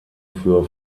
für